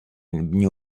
knew